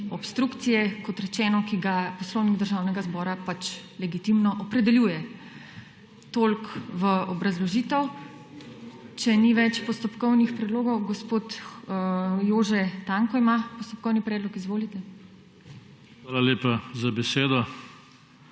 obstrukcije, kot rečeno, ki ga Poslovnik Državnega zbora pač legitimno opredeljuje. Toliko v obrazložitev. Če ni več postopkovnih predlogov … Gospod Jože Tanko ima postopkovni predlog, izvolite. **JOŽE TANKO